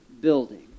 building